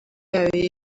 yayo